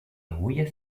agulla